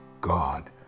God